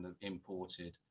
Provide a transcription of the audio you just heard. imported